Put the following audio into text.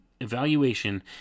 evaluation